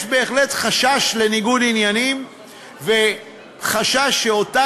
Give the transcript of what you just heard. יש בהחלט חשש לניגוד עניינים וחשש שאותה